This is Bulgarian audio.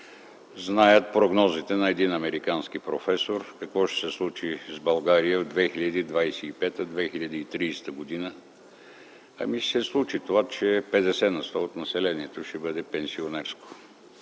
знаят прогнозите на един американски професор какво ще се случи с България 2025 2030 г. Ще се случи това, че 50 на сто от населението ще бъде пенсионерско